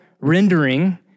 rendering